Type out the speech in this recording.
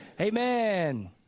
amen